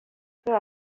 peu